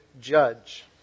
judge